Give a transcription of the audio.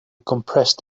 compressed